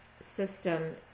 system